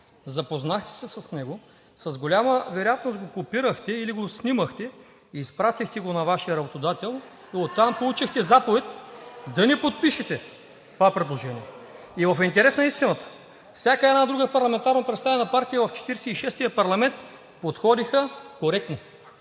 запознахте се с него, с голяма вероятност го копирахте или го снимахте, изпратихте го на Вашия работодател (шум, реплики и възгласи от ДБ: „Ааа!“) и оттам получихте заповед да не подпишете това предложение. И в интерес на истината всяка една друга парламентарно представена партия в 46-ия парламент подходиха коректно,